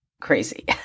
crazy